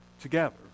together